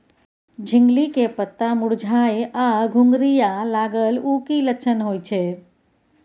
झिंगली के पत्ता मुरझाय आ घुघरीया लागल उ कि लक्षण होय छै?